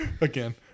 Again